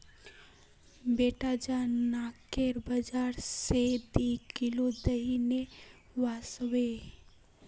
बेटा जा नाकेर बाजार स दी किलो दही ने वसबो